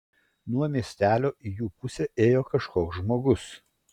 nuo miestelio į jų pusę ėjo kažkoks žmogus